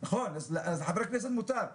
אז לחברי כנסת מותר.